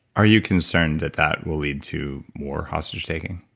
are you concerned that, that will lead to more hostage-taking?